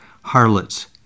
harlots